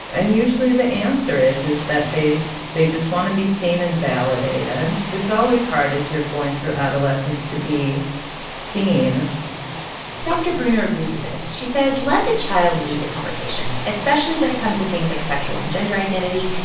and usually, the answer is is that they they just want to be seen and validated. it's it's always hard as you're going through adolescence to be seen dr. breuner agrees with this. she says, let the child lead the conversation, especially when it comes to things like sexual and gender identity.